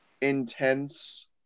intense